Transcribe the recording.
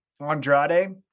andrade